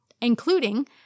including